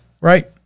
Right